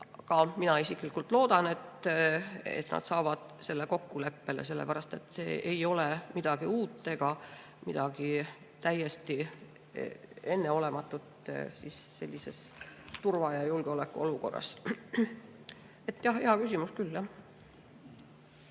Aga mina isiklikult loodan, et nad saavad selles kokkuleppele, sellepärast et see ei ole midagi uut ega midagi täiesti enneolematut sellises turva‑ ja julgeolekuolukorras. Hea küsimus küll,